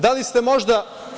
Da li ste možda…